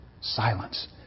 silence